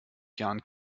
jahren